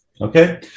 Okay